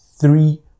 three